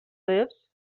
lives